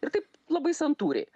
ir taip labai santūriai